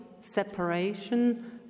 separation